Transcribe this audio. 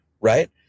right